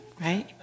right